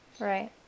Right